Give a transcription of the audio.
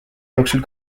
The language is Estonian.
jooksul